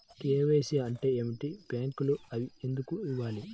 KYC అంటే ఏమిటి? బ్యాంకులో అవి ఎందుకు ఇవ్వాలి?